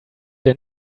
der